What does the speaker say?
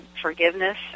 forgiveness